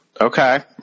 Okay